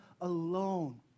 alone